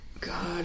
God